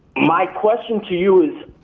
my question to you is,